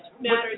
matters